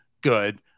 good